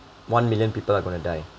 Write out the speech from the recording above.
one million people are gonna die